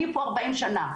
אני פה ארבעים שנה.